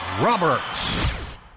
Roberts